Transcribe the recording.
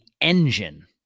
engine